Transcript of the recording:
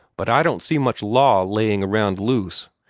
but i don't see much law laying around loose.